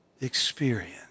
experience